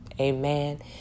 Amen